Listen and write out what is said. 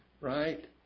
Right